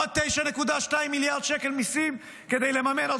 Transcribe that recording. עוד 9.2 מיליארד שקל מיסים כדי לממן עוד